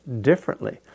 differently